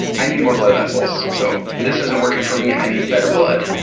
i need more blood vessels. so this isn't working for me i need better blood.